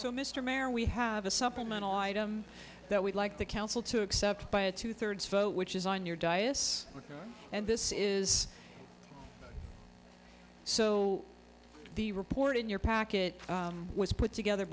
so mr mayor we have a supplemental item that we'd like the council to accept by a two thirds vote which is on your diocese and this is so the report in your package was put together